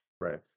right